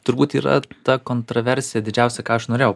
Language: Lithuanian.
turbūt yra ta kontroversija didžiausia ką aš norėjau